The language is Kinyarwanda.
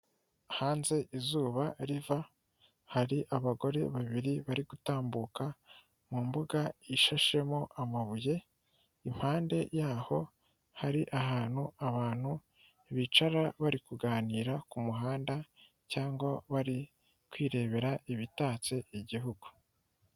Hanze izuba riva hari abagore babiri bari gutambuka mu mbuga ishashemo amabuye, impande yaho hari ahantu abantu bicara bari kuganira ku muhanda cyangwa bari kwirebera ibitatse igihugu.